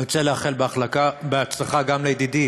אני רוצה לאחל הצלחה גם לידידי